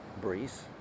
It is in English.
breeze